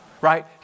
Right